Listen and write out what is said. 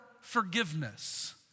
forgiveness